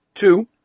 Two